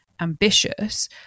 ambitious